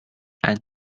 and